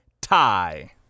tie